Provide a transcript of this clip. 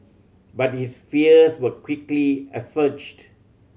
but his fears were quickly assuaged